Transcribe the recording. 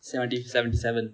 seventeen seventy seven